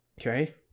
Okay